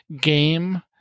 game